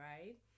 right